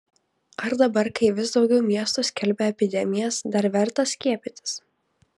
ar dabar kai vis daugiau miestų skelbia epidemijas dar verta skiepytis